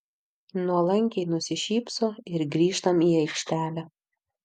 nuolankiai nusišypso ir grįžtam į aikštelę